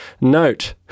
Note